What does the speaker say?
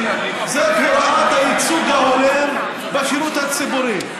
היא הוראת הייצוג ההולם בשירות הציבורי.